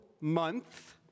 month